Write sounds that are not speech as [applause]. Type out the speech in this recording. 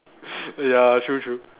[breath] ya true true